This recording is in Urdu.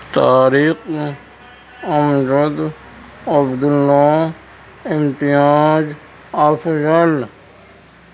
طارق امجد عبد اللہ امتیاز افضل